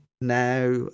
now